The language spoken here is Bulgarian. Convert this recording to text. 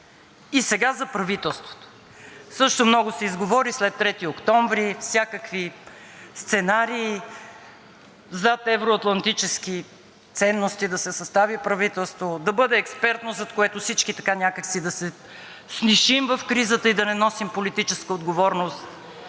И сега за правителството. Също много се изговори след 3 октомври, всякакви сценарии – зад евро-атлантически ценности да се състави правителство, да бъде експертно, зад което всички така някак си да се снишим в кризата и да не носим политическа отговорност.